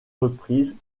reprises